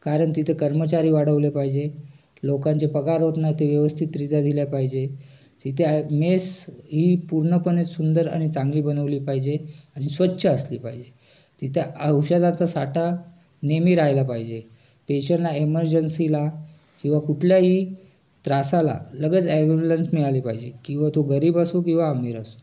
कारण तिथं कर्मचारी वाढवले पाहिजे लोकांचे पगार होत नाही ते व्यवस्थितरित्या दिल्या पाहिजे तिथे मेस ही पूर्णपणे सुंदर आणि चांगली बनवली पाहिजे स्वच्छ असली पाहिजे तिथे औषधाचा साठा नेहमी राहिला पाहिजे पेशंटना इमरजेंसीला किंवा कुठल्याही त्रासाला लगेच ॲबुलन्स मिळाली पाहिजे किंवा तो गरीब असू किंवा आमिर असू